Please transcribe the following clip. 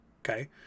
Okay